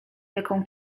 jaką